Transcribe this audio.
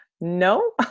No